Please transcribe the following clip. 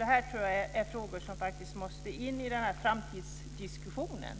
Det här är frågor som måste tas med i framtidsdiskussionen